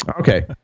okay